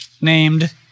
named